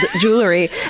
Jewelry